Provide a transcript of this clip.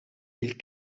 mille